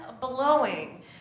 blowing